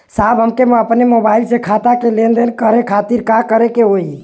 साहब हमके अपने मोबाइल से खाता के लेनदेन करे खातिर का करे के होई?